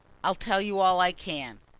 i'll tell you all i can.